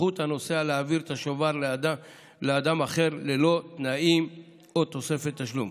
וזכות הנוסע להעביר את השובר לאדם אחר ללא תנאים או תוספת תשלום.